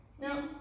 no